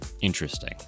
interesting